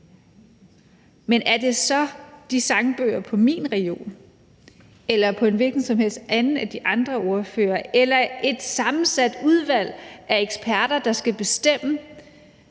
Men er det så de sangbøger på min reol eller på en hvilken som helst anden af de andre ordføreres eller et sammensat udvalg af eksperter, der skal bestemme,